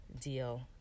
deal